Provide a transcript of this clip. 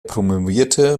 promovierte